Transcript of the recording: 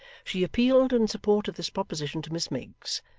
she appealed in support of this proposition to miss miggs,